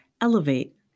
Elevate